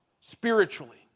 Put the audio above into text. spiritually